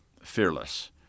fearless